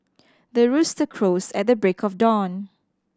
the rooster crows at the break of dawn